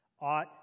Ought